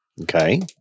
Okay